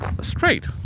straight